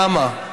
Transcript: למה?